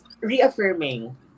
reaffirming